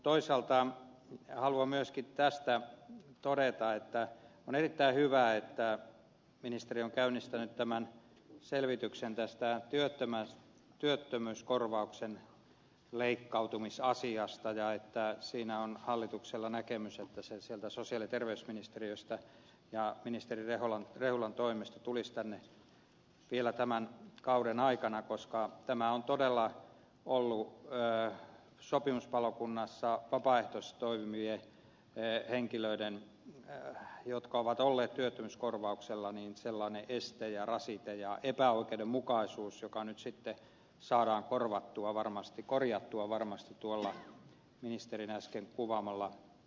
toisaalta haluan myöskin tästä todeta että on erittäin hyvä että ministeri on käynnistänyt selvityksen tästä työttömyyskorvauksen leikkautumisasiasta ja että siinä on hallituksella näkemys että se sieltä sosiaali ja terveysministeriöstä ja ministeri rehulan toimesta tulisi tänne vielä tämän kauden aikana koska tämä on todella ollut sopimuspalokunnassa vapaaehtoisesti toimiville henkilöille jotka ovat olleet työttömyyskorvauksella sellainen este ja rasite ja epäoikeudenmukaisuus joka nyt sitten saadaan korjattua varmasti tuolla ministerin äsken kuvaamalla tavalla